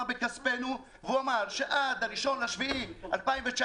בכספנו והוא אמר שעד ה-1 ביולי 2019,